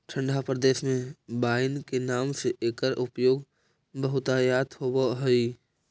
ठण्ढा प्रदेश में वाइन के नाम से एकर उपयोग बहुतायत होवऽ हइ